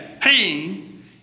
pain